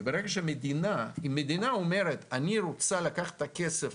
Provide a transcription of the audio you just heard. וברגע שאם המדינה אומרת: אני רוצה לקחת את הכסף